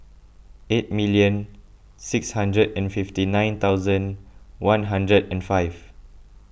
eight million six hundred and fifty nine thousand one hundred and five